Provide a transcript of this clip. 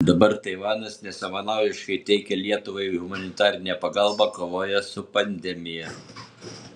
dabar taivanas nesavanaudiškai teikia lietuvai humanitarinę pagalbą kovoje su pandemija